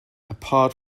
apart